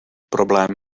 problém